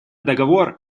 договор